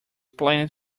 planet